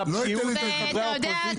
ואתה יודע,